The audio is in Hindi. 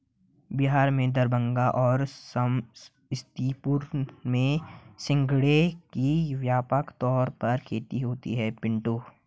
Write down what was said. बिहार में दरभंगा और समस्तीपुर में सिंघाड़े की व्यापक तौर पर खेती होती है पिंटू